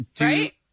right